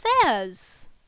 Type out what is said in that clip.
says